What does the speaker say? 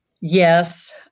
Yes